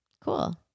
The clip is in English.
Cool